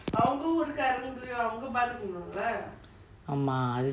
ஆமா:aama